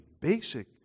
basic